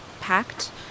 packed